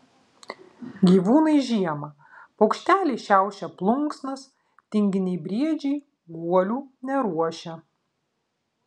gyvūnai žiemą paukšteliai šiaušia plunksnas tinginiai briedžiai guolių neruošia